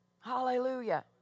Hallelujah